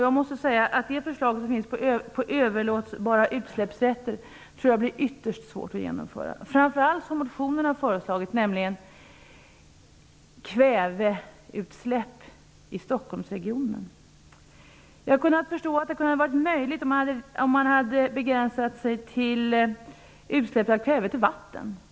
Jag måste säga att förslaget om överlåtbara utsläppsrätter blir ytterst svårt att genomföra, framför allt det som sägs om kväveutsläpp i Stockholmsregionen. Jag skulle ha förstått att det kunde vara möjligt om försöket var begränsat till utsläpp av kväve till vatten.